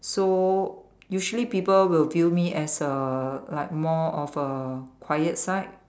so usually people will view me as uh like more of a quiet side